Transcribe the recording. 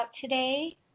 today